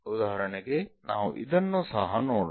ಉದಾಹರಣೆಗೆ ನಾವು ಇದನ್ನು ಸಹ ನೋಡೋಣ